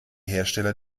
hersteller